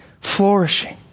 flourishing